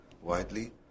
widely